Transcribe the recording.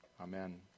Amen